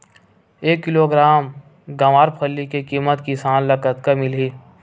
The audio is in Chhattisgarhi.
एक किलोग्राम गवारफली के किमत किसान ल कतका मिलही?